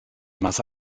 masse